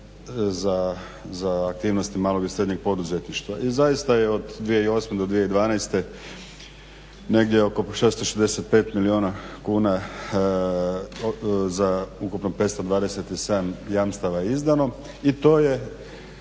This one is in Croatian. za aktivnosti malog i srednjeg poduzetništva. I zaista je od 2008. do 2012. negdje oko 665 milijuna kuna za ukupno 527 jamstava je izdano i to je